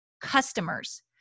customers